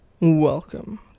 Welcome